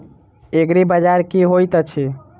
एग्रीबाजार की होइत अछि?